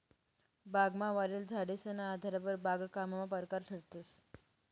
बागमा वाढेल झाडेसना आधारवर बागकामना परकार ठरतंस